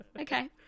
Okay